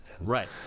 Right